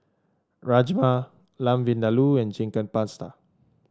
Rajma Lamb Vindaloo and Chicken Pasta